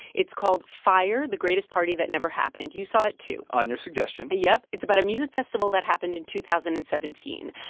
it's called fyre the greatest party that never happened. you saw it, too on your suggestion yep. it's about a music festival that happened in two thousand and seventeen,